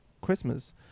Christmas